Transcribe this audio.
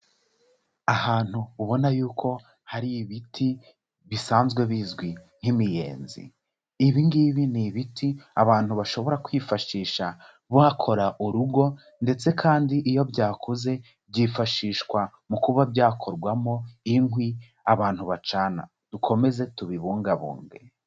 Ahantu ubona yuko hari ibiti bisanzwe bizwi nk'imiyenzi, ibi ngibi ni ibiti abantu bashobora kwifashisha bakora urugo ndetse kandi iyo byakuze byifashishwa mu kuba byakorwamo inkwi abantu bacana, dukomeze tubibungabunge.